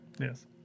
Yes